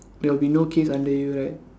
there will be no case under you right